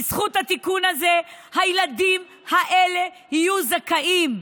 בזכות התיקון הזה הילדים האלה יהיו זכאים,